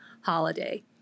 holiday